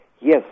Yes